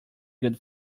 good